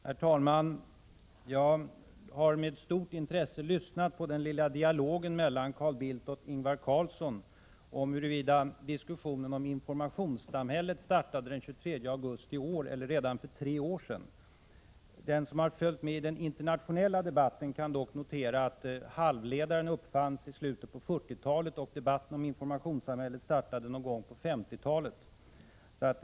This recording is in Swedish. Herr talman! Jag har med stort intresse lyssnat på den lilla dialogen mellan Carl Bildt och Ingvar Carlsson om huruvida diskussionen om informationssamhället startade den 23 augusti i år eller redan för tre år sedan. Den som har följt med i den internationella debatten kan dock notera att halvledaren uppfanns i slutet av 1940-talet och att debatten om informationssamhället startade någon gång på 1950-talet.